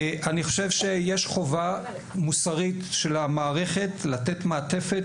אני חושב שיש חובה מוסרית של המערכת לתת מעטפת